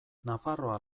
nafarroa